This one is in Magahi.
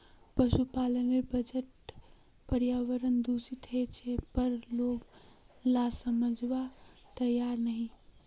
पशुपालनेर वजह पर्यावरण दूषित ह छेक पर लोग ला समझवार तैयार नी